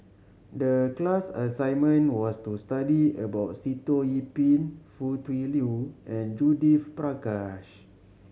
the class assignment was to study about Sitoh Yih Pin Foo Tui Liew and Judith Prakash